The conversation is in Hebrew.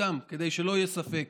כדי שלא יהיה ספק,